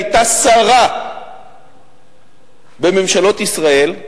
היתה שרה בממשלות ישראל.